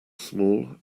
small